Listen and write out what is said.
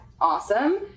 awesome